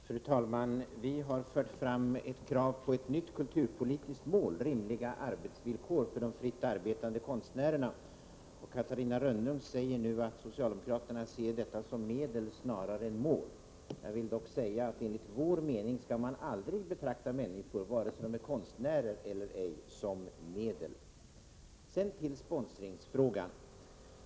Fru talman! Vi har fört fram krav på ett nytt kulturpolitiskt mål, rimliga arbetsvillkor för de fritt arbetande konstnärerna, och Catarina Rönnung säger nu att socialdemokraterna ser detta som medel snarare än som mål. Jag vill dock säga att man enligt vår mening aldrig skall betrakta människor, vare sig de är konstnärer eller ej, som medel. Sedan till sponsringsfrågan.